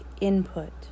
Input